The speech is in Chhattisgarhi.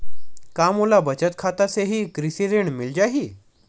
का मोला बचत खाता से ही कृषि ऋण मिल जाहि?